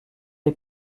les